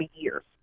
years